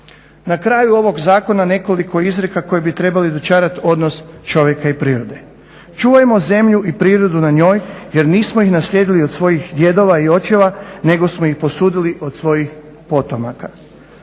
Na kraju ovog zakona nekoliko izrijeka koji bi trebali dočarati odnos čovjeka i prirode. Čuvajmo zemlju i prirodu na njoj jer nismo ih naslijedili od svojih djedova i očeva nego smo ih posudili od svojih potomaka.